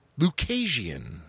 Lucasian